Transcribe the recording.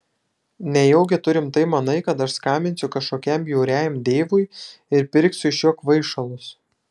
nejaugi tu rimtai manai kad aš skambinsiu kažkokiam bjauriajam deivui ir pirksiu iš jo kvaišalus